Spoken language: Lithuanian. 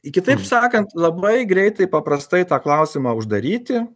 kitaip sakant labai greitai paprastai tą klausimą uždaryti